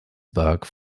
burke